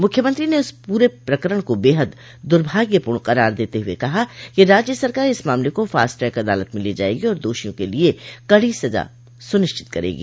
मुख्यमंत्री ने इस पूरे प्रकरण को बेहद दुर्भाग्यपूर्ण करार देते हुए कहा कि राज्य सरकार इस मामले को फास्ट ट्रैक अदालत में ले जाएगी और दोषियों के लिए कड़ी सजा सुनिश्चित करेगी